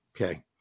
Okay